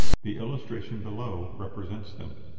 the illustrations below represent them.